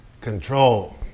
Control